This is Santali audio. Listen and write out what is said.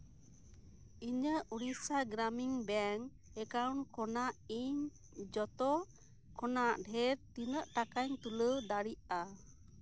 ᱤᱧᱟᱹᱜ ᱩᱲᱤᱥᱥᱟ ᱜᱨᱟᱢᱤᱱ ᱵᱮᱝᱠ ᱮᱠᱟᱣᱩᱱᱴ ᱠᱷᱚᱱᱟᱜ ᱤᱧ ᱡᱚᱛᱚ ᱠᱷᱚᱱᱟᱜ ᱰᱷᱮᱨ ᱛᱤᱱᱟᱹᱜ ᱴᱟᱠᱟᱧ ᱛᱩᱞᱟᱹᱣ ᱫᱟᱲᱮᱭᱟᱜᱼᱟ